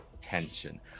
tension